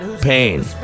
pain